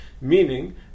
Meaning